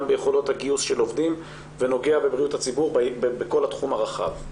ביכולת הגיוס של העובדים ונוגע בבריאות הציבור בכל התחום הרחב.